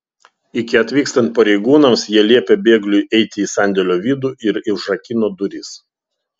iki atvykstant pareigūnams jie liepė bėgliui eiti į sandėlio vidų ir užrakino duris